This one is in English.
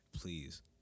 Please